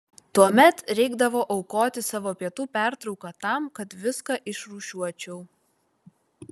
tuomet reikdavo aukoti savo pietų pertrauką tam kad viską išrūšiuočiau